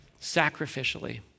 sacrificially